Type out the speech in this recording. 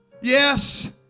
Yes